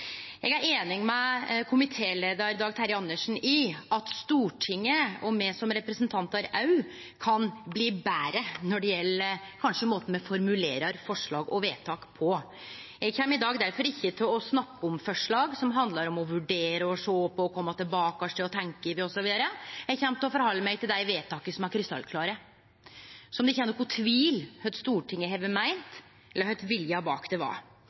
Eg er einig med komitéleiar Dag Terje Andersen i at Stortinget og me som representantar kanskje kan bli betre når det gjeld måten me formulerer forslag og vedtak på. Eg kjem i dag difor ikkje til å snakke om forslag som handlar om å vurdere, sjå på, kome tilbake til, tenkje over, osv. Eg kjem til å halde meg til dei vedtaka som er krystallklare, der det ikkje er nokon tvil om kva Stortinget har meint, eller kva viljen bak dei var.